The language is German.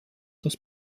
das